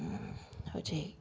ꯍꯧꯖꯤꯛ